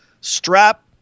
strap